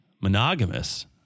monogamous